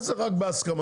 מה זה רק בהסכמת?